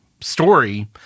story